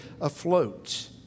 afloat